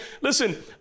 Listen